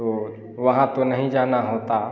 तो वहाँ तो नहीं जाना होता